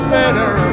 better